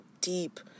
deep